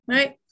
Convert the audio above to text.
Right